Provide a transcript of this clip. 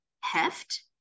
heft